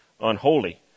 unholy